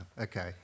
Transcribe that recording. Okay